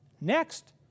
Next